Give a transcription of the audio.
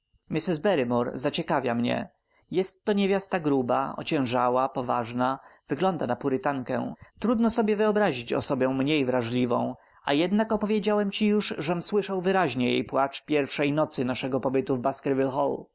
barrymore zaciekawia mnie jest to niewiasta gruba ociężała poważna wygląda na purytankę trudno sobie wyobrazić osobę mniej wrażliwą a jednak opowiedziałem ci już żem słyszał wyraźnie jej płacz pierwszej nocy naszego pobytu w